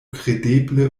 kredeble